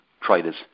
traders